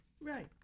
Right